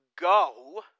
Go